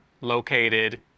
located